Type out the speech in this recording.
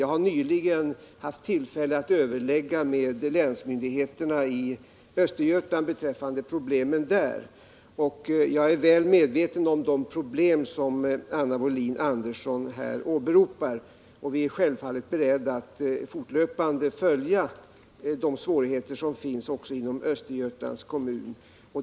Jag har nyligen haft tillfälle att överlägga med länsmyndigheterna i Östergötland om problemen där. Jag är väl medveten om de problem som Anna Wohlin-Andersson här åberopar. Vi är självfallet beredda att fortlöpande följa de svårigheter som finns också inom Östergötland.